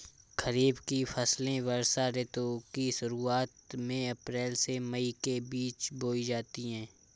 खरीफ की फसलें वर्षा ऋतु की शुरुआत में अप्रैल से मई के बीच बोई जाती हैं